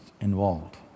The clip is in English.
involved